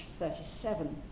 37